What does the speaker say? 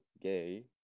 Gay